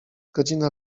godzina